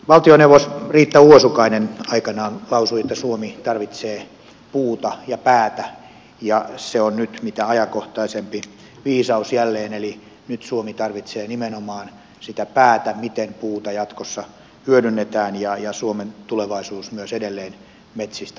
valtioneuvos riitta uosukainen aikanaan lausui että suomi tarvitsee puuta ja päätä ja se on nyt mitä ajankohtaisin viisaus jälleen eli nyt suomi tarvitsee nimenomaan sitä päätä miten puuta jatkossa hyödynnetään ja suomen tulevaisuus myös edelleen metsistä turvataan